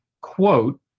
quote